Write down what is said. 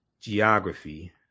geography